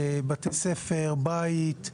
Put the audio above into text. בתי ספר, בית,